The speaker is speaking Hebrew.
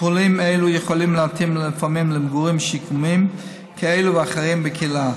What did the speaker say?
מטופלים אלה יכולים להתאים לפעמים למגורים שיקומיים כאלה ואחרים בקהילה.